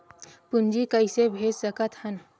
पूंजी कइसे भेज सकत हन?